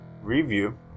review